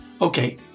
Okay